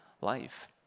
life